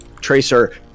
Tracer